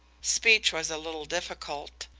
speech was a little difficult.